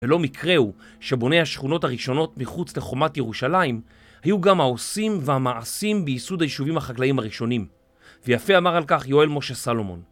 ולא מקרה הוא שבוני השכונות הראשונות מחוץ לחומת ירושלים היו גם העושים והמעשים בייסוד הישובים החקלאים הראשונים. ויפה אמר על כך יואל משה סלומון.